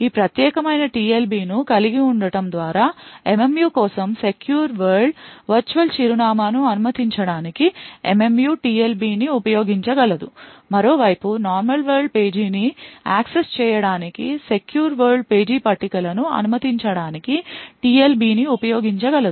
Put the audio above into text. ఈ ప్రత్యేకమైన TLB ను కలిగి ఉండటం ద్వారా MMU కోసం సెక్యూర్ వరల్డ్ వర్చువల్ చిరునామాను అనుమతించడానికి MMU TLB ని ఉపయోగించగలదు మరోవైపు నార్మల్ వరల్డ్ పేజీని యాక్సెస్ చేయడానికి సెక్యూర్ వరల్డ్ పేజీ పట్టికలను అనుమతించడానికి TLB ని ఉపయోగించగలదు